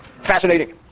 fascinating